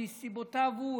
מסיבותיו הוא,